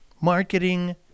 Marketing